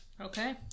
Okay